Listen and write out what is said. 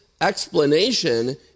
explanation